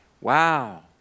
Wow